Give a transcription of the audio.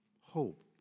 hope